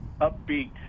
upbeat